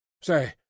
Say